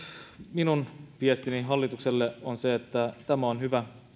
minun viestini hallitukselle on se että tämä on hyvä